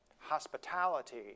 hospitality